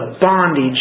bondage